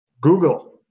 Google